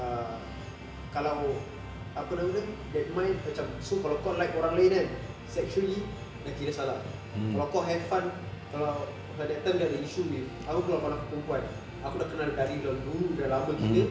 err kalau apa nama dia that mind macam so kalau kau like orang lain kan sexually dah kira salah kalau kau have fun kalau that time dia ada issue with aku keluar kawan aku perempuan aku dah kenal dari dulu dah lama gila